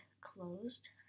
closed